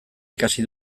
ikasi